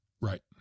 Right